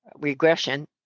regression